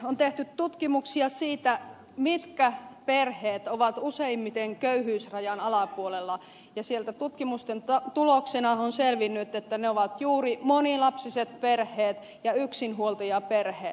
on tehty tutkimuksia siitä mitkä perheet ovat useimmiten köyhyysrajan alapuolella ja tutkimusten tuloksena on selvinnyt että ne ovat juuri monilapsiset perheet ja yksinhuoltajaperheet